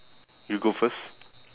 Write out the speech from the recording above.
you go first